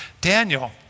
Daniel